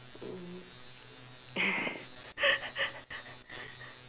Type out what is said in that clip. mm